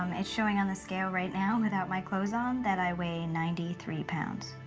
um it's showing on the scale right now, without my clothes on, that i weigh ninety three pounds.